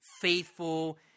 faithful